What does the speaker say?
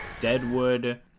Deadwood